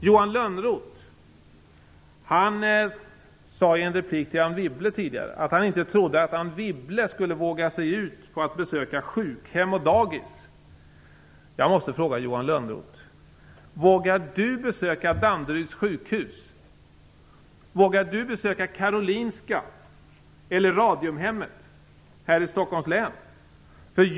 Johan Lönnroth sade tidigare i en replik till Anne Wibble att han inte trodde att hon skulle våga sig ut och besöka sjukhem och dagis. Jag måste fråga Johan Lönnroth: Vågar Johan Lönnroth besöka Danderyds sjukhus? Vågar Johan Lönnroth besöka Karolinska eller Radiumhemmet här i Stockholms län?